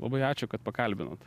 labai ačiū kad pakalbinot